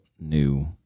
new